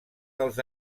dels